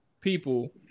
people